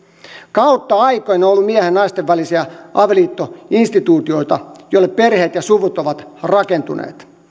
kautta aikojen on ollut miehen ja naisen välisiä avioliittoinstituutioita joille perheet ja suvut ovat rakentuneet